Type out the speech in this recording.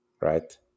right